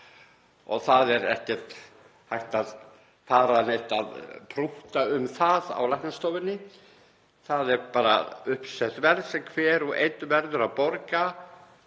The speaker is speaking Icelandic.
Það er ekkert hægt að fara að prútta um það á læknastofunni. Það er bara uppsett verð sem hver og einn verður að borga